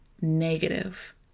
negative